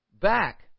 Back